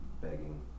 begging